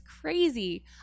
crazy